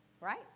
Right